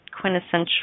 quintessential